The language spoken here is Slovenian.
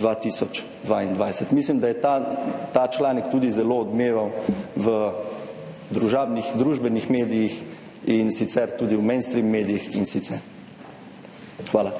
2022. Mislim, da je ta članek tudi zelo odmeval v družabnih, družbenih medijih in sicer tudi v mainstream medijih in sicer. Hvala.